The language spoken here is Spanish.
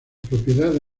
propiedad